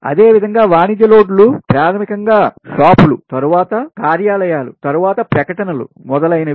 అదేవిధంగా వాణిజ్య లోడ్లు ప్రాథమికంగా షాపులు తరువాత కార్యాలయాలు తరువాత ప్రకటనలు మొదలయినవి